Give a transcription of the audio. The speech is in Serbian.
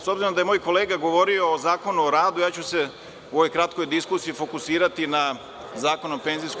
S obzirom da je moj kolega govorio o Zakonu o radu, ja ću se u ovoj kratkoj diskusiji fokusirati na Zakon o PIO.